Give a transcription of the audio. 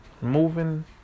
moving